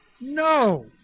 No